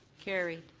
carried.